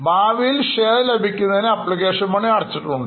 ഭാവിയിൽ ഷെയർ ലഭിക്കുന്നതിന്അപ്ലിക്കേഷൻ മണി അടച്ചിട്ടുണ്ട്